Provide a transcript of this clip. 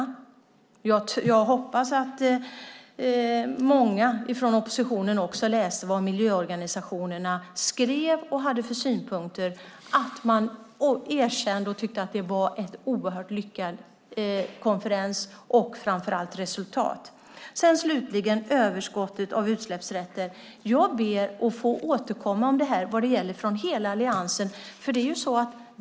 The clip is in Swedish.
Jag hoppas att många från oppositionen också läser vad miljöorganisationerna skrev och hade för synpunkter. De tyckte att det var en oerhört lyckad konferens och framför allt ett lyckat resultat. Slutligen när det gäller överskottet av utsläppsrätter. Jag ber att få återkomma om detta från hela Alliansen.